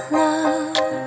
love